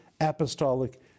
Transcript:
apostolic